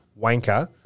wanker